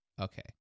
Okay